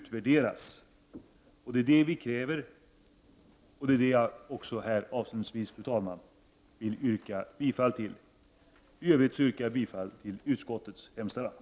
Det är det vi kräver, och det är också det jag avslutningsvis, fru talman, vill yrka bifall till. I övrigt yrkar jag bifall till utskottets hemställan.